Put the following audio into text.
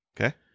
Okay